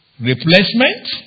replacement